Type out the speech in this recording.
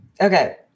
Okay